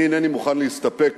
אני אינני מוכן להסתפק